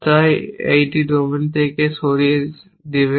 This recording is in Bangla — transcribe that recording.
তাই এটি ডোমেন থেকে এটিকে সরিয়ে দেবে